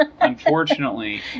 Unfortunately